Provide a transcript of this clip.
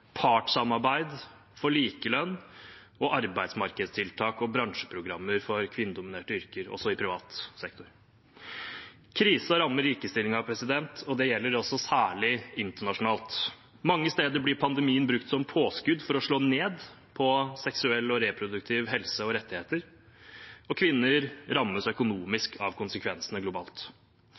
partssamarbeid for likelønn samt arbeidsmarkedstiltak og bransjeprogrammer for kvinnedominerte yrker, også i privat sektor. Krisen rammer likestillingen, og det gjelder særlig internasjonalt. Mange steder blir pandemien brukt som påskudd for å slå ned på seksuell og reproduktiv helse og rettigheter, og kvinner rammes økonomisk av konsekvensene globalt.